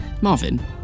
Marvin